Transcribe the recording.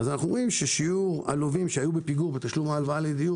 אנחנו רואים ששיעור הלווים שהיו בפיגור בתשלום ההלוואה לדיור